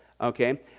Okay